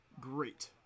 great